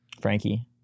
Frankie